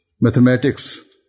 mathematics